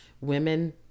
women